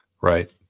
Right